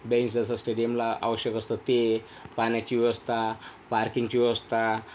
bench जसं स्टेडियमला आवश्यक असतं ते पाण्याची व्यवस्था पार्किंगची व्यवस्था